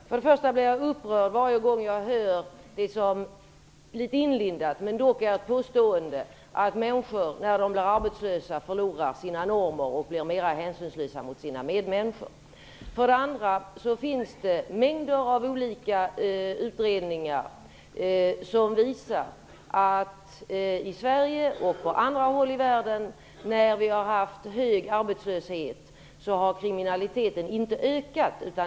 Fru talman! För det första bli jag upprörd varje gång jag hör litet inlindat, men dock ett påstående, att människor när de blir arbetslösa förlorar sina normer och blir mer hänsynslösa mot sina medmänniskor. För det andra finns det mängder av olika utredningar som visar att när det i Sverige och på andra håll i världen varit hög arbetslöshet har kriminaliteten inte ökat.